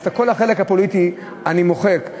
אבל את כל החלק הפוליטי אני מוחק.